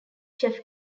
chef